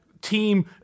team